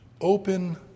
open